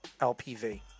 LPV